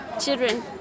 children